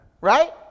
Right